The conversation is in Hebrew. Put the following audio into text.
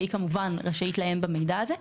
והיא רשאית לעיין במידע הזה,